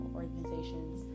organizations